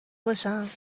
باشم